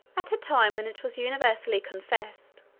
at a time when it was universally confessed,